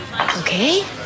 Okay